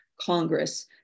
Congress